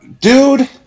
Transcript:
Dude